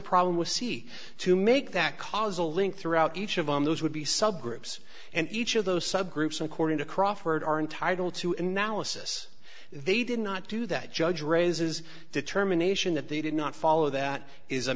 problem with c to make that causal link throughout each of them those would be subgroups and each of those subgroups according to crawford are entitled to analysis they did not do that judge raises determination that they did not follow that is a